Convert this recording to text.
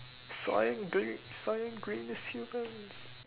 swine bein~ swine greets humans